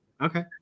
okay